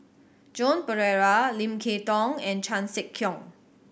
Joan Pereira Lim Kay Tong and Chan Sek Keong